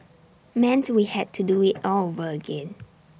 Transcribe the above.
meant we had to do IT all over again